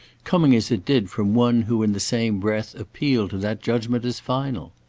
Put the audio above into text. coming as it did from one who in the same breath appealed to that judgment as final?